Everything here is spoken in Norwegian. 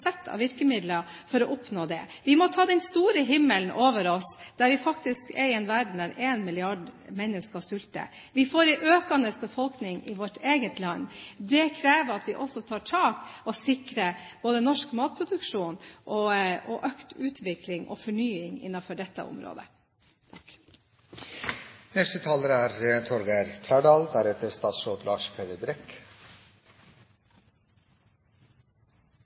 sett av virkemidler for å oppnå det. Vi må ta den store himmelen over oss, og se at vi faktisk er i en verden der 1 milliard mennesker sulter. Vi får økende befolkning i vårt eget land. Det krever at vi også tar tak og sikrer norsk matproduksjon, økt utvikling og fornying på dette området.